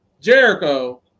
Jericho